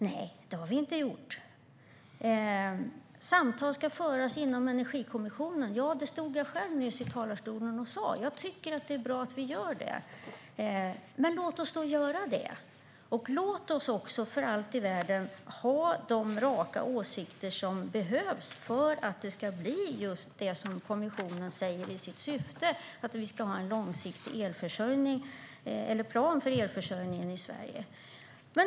Nej, det har vi inte gjort. Samtal ska föras inom Energikommissionen. Det stod jag själv nyss i talarstolen och sa. Det är bra att vi gör det. Men låt oss då göra det. Låt oss också för allt i världen ha de raka åsikter som behövs för att det ska bli just det som sägs att kommissionen har som syfte, att vi ska ha en långsiktig plan för elförsörjningen i Sverige.